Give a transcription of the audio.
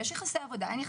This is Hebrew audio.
יש יחסי עבודה או אין.